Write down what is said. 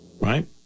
right